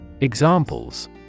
Examples